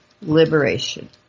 liberation